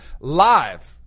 live